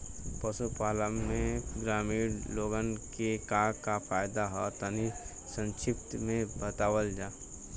पशुपालन से ग्रामीण लोगन के का का फायदा ह तनि संक्षिप्त में बतावल जा?